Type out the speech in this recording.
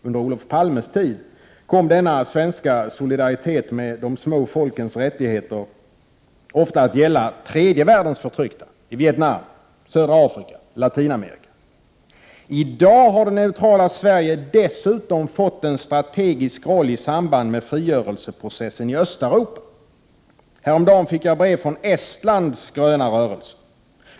Under Olof Palmes tid kom denna svenska solidaritet med de små folkens rättigheter ofta att gälla tredje världens förtryckta, i Vietnam, i södra Afrika, i Latinamerika. I dag har det neutrala Sverige dessutom fått en strategisk roll i samband med frigörelseprocessen i Östeuropa. Häromdagen fick jag brev från företrädare för Estlands gröna rörelse.